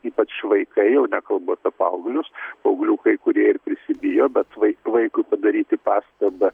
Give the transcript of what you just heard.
ypač vaikai jau nekalbu apie paauglius paauglių kai kurie ir prisibijo bet vai vaikui padaryti pastabą